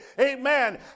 amen